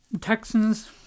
Texans